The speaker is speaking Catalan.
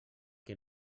que